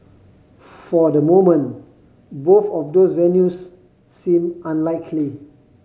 for the moment both of those venues seem unlikely